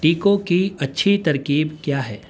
ٹیکو کی اچھی ترکیب کیا ہے